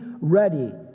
ready